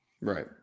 Right